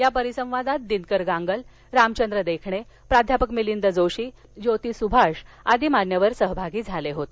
या परिसंवादात दिनकर गांगल रामचंद्र देखणे प्राध्यापक मिलींद जोशी ज्योती सुभाष सहभागी झाले होते